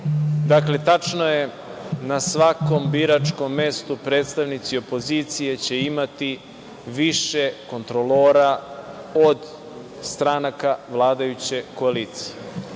znaju. Dakle tačno je da na svakom biračkom mestu predstavnici opozicije će imati više kontrolora od stranka vladajuće koalicije,